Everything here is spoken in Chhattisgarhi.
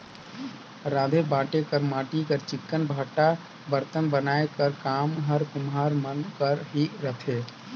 राँधे बांटे कर माटी कर चिक्कन भांड़ा बरतन बनाए कर काम हर कुम्हार मन कर ही रहथे